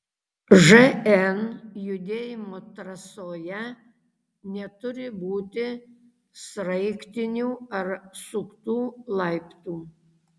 žn judėjimo trasoje neturi būti sraigtinių ar suktų laiptų